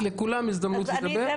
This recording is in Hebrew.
אני יכולה